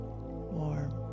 warm